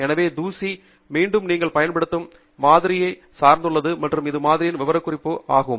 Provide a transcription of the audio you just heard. எனவே தூசி மீண்டும் நீங்கள் பயன்படுத்தும் மாதிரியின் மாதிரியை சார்ந்துள்ளது மற்றும் இது மாதிரியின் விவரக்குறிப்பையும் சார்ந்துள்ளது